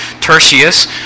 Tertius